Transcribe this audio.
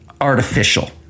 artificial